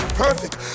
perfect